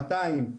200,